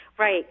Right